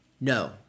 No